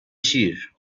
شیر